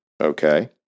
okay